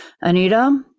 Anita